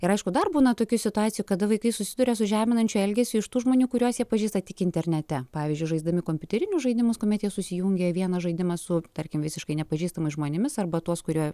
ir aišku dar būna tokių situacijų kada vaikai susiduria su žeminančiu elgesiu iš tų žmonių kuriuos jie pažįsta tik internete pavyzdžiui žaisdami kompiuterinius žaidimus kuomet jie susijungia vienas žaidimas su tarkim visiškai nepažįstamais žmonėmis arba tuos kurie